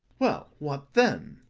well, what then?